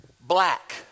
Black